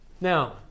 Now